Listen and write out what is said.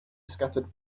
scattered